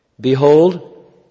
Behold